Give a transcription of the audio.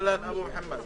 ומי נגד.